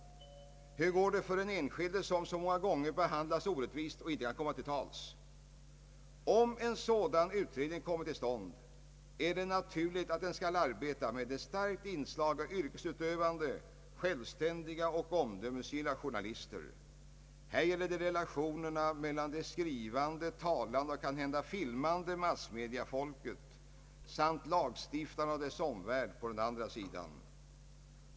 Hur går det för den enskilde som så många gånger behandlas orättvist och inte kan komma till tals? Om en sådan utredning kommer till stånd är det naturligt att den skall arbeta med ett starkt inslag av yrkesutövande, självständiga och omdömesgilla journalister. Här gäller det relationerna mellan det skrivande, talande och kanhända filmande massmediafolket samt lagstiftarna och dess omvärld på andra sidan.